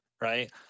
right